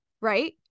right